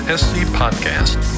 scpodcast